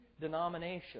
denomination